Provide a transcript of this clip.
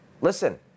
Listen